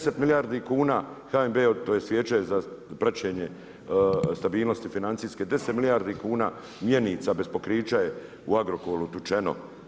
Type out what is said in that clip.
10 milijardi kuna HNB, tj. Vijeće za praćenje stabilnosti financijske, 10 milijardi kuna mjenica bez pokrića je u Agrokoru utučeno.